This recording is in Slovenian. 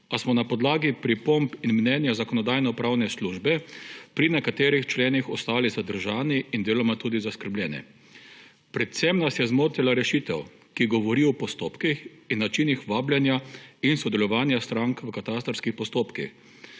a smo na podlagi pripomb in mnenja Zakonodajno-pravne službe pri nekaterih členih ostali zadržani in deloma tudi zaskrbljeni. Predvsem nas je zmotila rešitev, ki govori o postopkih in načinih vabljenja in sodelovanja strank v katastrskih postopkih.